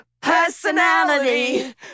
personality